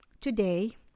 Today